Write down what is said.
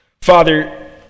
Father